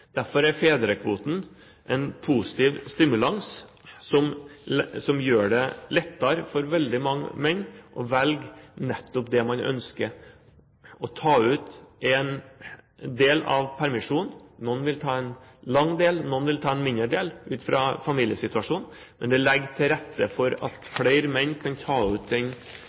Derfor er fedrekvoten en positiv stimulans, som gjør det lettere for veldig mange menn å velge nettopp det man ønsker: å ta ut en del av permisjonen. Noen vil ta en lang del, og noen vil ta en mindre del ut fra familiesituasjonen, men den legger til rette for at flere menn kan ta ut